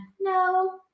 no